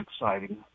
exciting